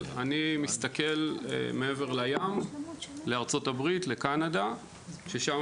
אבל אני מסתכל מעבר לים לארצות-הברית ולקנדה ששם